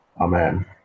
Amen